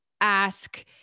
ask